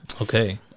okay